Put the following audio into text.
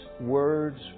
words